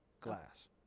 glass